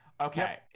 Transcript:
Okay